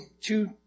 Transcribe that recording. two